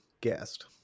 guest